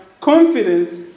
confidence